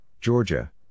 Georgia